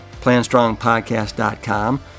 PlanStrongPodcast.com